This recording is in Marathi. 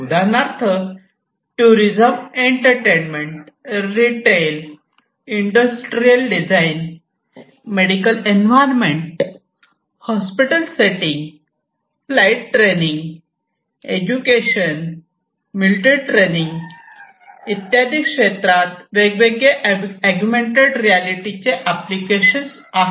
उदाहरणार्थ tourism entertainment retail industrial design medical environment hospital setting flight training education military training इत्यादी क्षेत्रात वेगवेगळे अगुमेन्टेड रियालिटीचे एप्लीकेशन्स आहेत